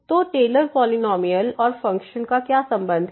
तो Taylor polynomial और function का क्या संबंध है